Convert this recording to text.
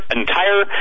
entire